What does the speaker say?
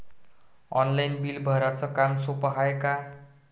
Online bill भराच काम सोपं हाय का?